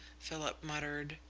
philip muttered.